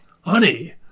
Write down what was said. Honey